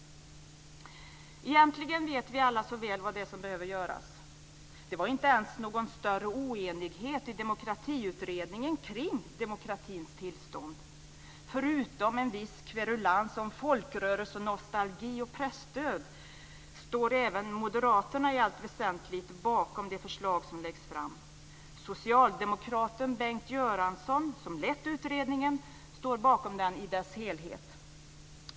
Egentligen vet vi alla så väl vad som behöver göras. Det var inte ens någon större oenighet i Demokratiutredningen kring demokratins tillstånd. Förutom viss kverulans om folkrörelsenostalgi och presstöd står även moderaterna i allt väsentligt bakom de förslag som läggs fram. Socialdemokraten Bengt Göransson, som lett utredningen, står bakom den i dess helhet.